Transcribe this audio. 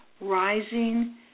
rising